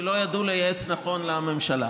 שלא ידעו לייעץ נכון לממשלה